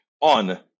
on